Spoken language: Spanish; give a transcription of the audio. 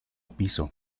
piso